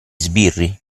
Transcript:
sbirri